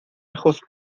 ajos